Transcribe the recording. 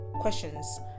questions